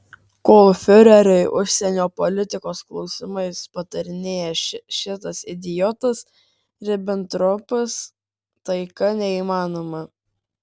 kol fiureriui užsienio politikos klausimais patarinėja šitas idiotas ribentropas taika neįmanoma